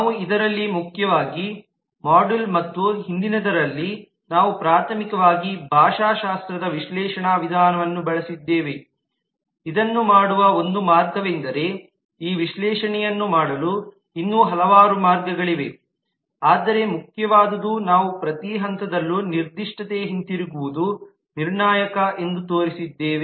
ನಾವು ಇದರಲ್ಲಿ ಮುಖ್ಯವಾಗಿ ಮಾಡ್ಯೂಲ್ ಮತ್ತು ಹಿಂದಿನದರಲ್ಲಿ ನಾವು ಪ್ರಾಥಮಿಕವಾಗಿ ಭಾಷಾಶಾಸ್ತ್ರದ ವಿಶ್ಲೇಷಣಾ ವಿಧಾನವನ್ನು ಬಳಸಿದ್ದೇವೆ ಇದನ್ನು ಮಾಡುವ ಒಂದು ಮಾರ್ಗವೆಂದರೆ ಈ ವಿಶ್ಲೇಷಣೆಯನ್ನು ಮಾಡಲು ಇನ್ನೂ ಹಲವಾರು ಮಾರ್ಗಗಳಿವೆ ಆದರೆ ಮುಖ್ಯವಾದುದು ನಾವು ಪ್ರತಿ ಹಂತದಲ್ಲೂ ನಿರ್ದಿಷ್ಟತೆ ಹಿಂತಿರುಗುವುದು ನಿರ್ಣಾಯಕ ಎಂದು ತೋರಿಸಿದ್ದೇವೆ